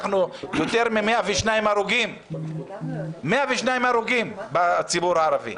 יותר מ-102 הרוגים 102 הרוגים בציבור הערבי.